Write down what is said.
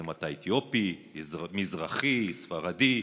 אם אתה אתיופי, מזרחי, ספרדי,